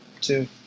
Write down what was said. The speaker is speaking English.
Two